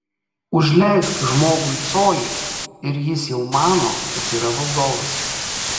užleisk žmogui colį ir jis jau mano kad yra valdovas